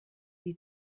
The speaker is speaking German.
die